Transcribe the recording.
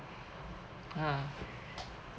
ah